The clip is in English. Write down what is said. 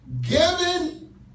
giving